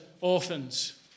orphans